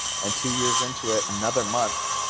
and two years into it, another month,